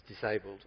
disabled